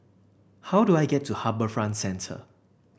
how do I get to HarbourFront Centre